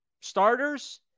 starters